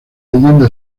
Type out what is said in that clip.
leyenda